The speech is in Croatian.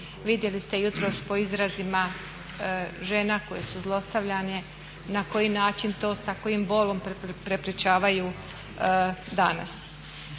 Vidjeli ste jutros po izrazima žena koje su zlostavljane na koji način to, sa kojim bolom prepričavaju danas.